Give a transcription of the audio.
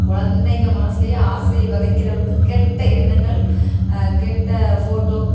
குலந்தைங்க மனசுலேயே ஆசையை விதைக்கிற அளவுக்கு கெட்ட எண்ணங்கள் கெட்ட ஃபோட்டோ